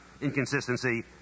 inconsistency